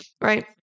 right